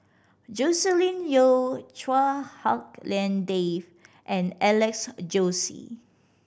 Joscelin Yeo Chua Hak Lien Dave and Alex Josey